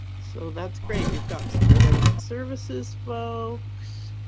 so that's great. we've got some related services folks,